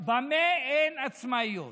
במה הן עצמאיות?